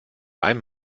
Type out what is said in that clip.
beidem